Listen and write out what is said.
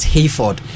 Hayford